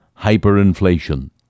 hyperinflation